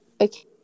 Okay